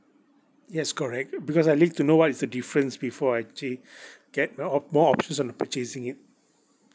yes correct because I need to know what is the difference before I actually get you know opt~ more options on purchasing it